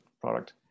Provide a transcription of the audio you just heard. product